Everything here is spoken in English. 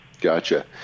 gotcha